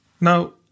Now